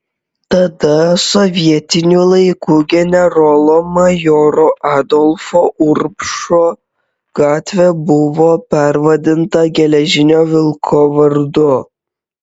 tada sovietinių laikų generolo majoro adolfo urbšo gatvė buvo pervadinta geležinio vilko vardu